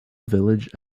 village